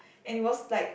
and it was like